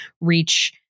reach